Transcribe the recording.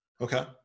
Okay